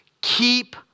Keep